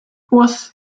was